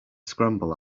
scramble